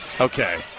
Okay